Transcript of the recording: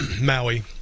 Maui